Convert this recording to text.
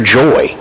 joy